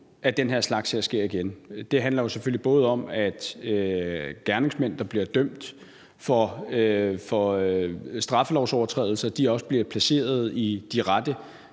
at den her slags sker igen. Det handler selvfølgelig både om, at gerningsmænd, der bliver dømt for straffelovsovertrædelser, også bliver placeret i de rette